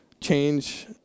change